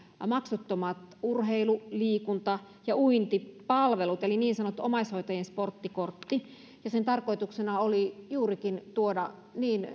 maksuttomat urheilu liikunta ja uintipalvelut eli niin sanottu omaishoitajien sporttikortti sen tarkoituksena oli juurikin tuoda